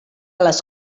les